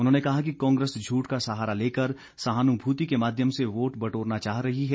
उन्होंने कहा कि कांग्रेस झूठ का सहारा लेकर सहानुभूति के माध्यम से वोट वटोरना चाह रही है